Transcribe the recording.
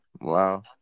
Wow